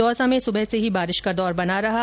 दौसा में सुबह से ही बारिश का दौर बना हुआ है